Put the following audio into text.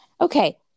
okay